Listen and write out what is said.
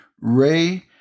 Ray